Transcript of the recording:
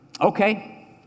Okay